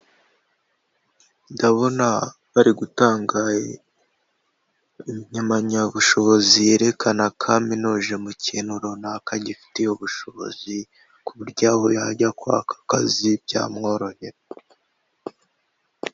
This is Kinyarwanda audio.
Ndabona bari gutanga impamyabushobozi yerekana ko aminuje mu kintu runaka agifitiye ubushobozi kuburyo aho yajya kwaka akazi byamworohera.